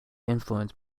influenced